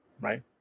right